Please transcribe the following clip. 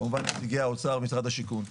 כמובן נציגי האוצר ומשרד השיכון.